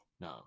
No